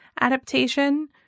adaptation